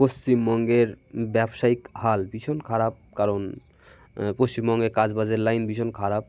পশ্চিমবঙ্গের ব্যবসায়িক হাল ভীষণ খারাপ কারণ পশ্চিমবঙ্গের কাজ বাজের লাইন ভীষণ খারাপ